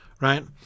right